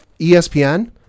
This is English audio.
ESPN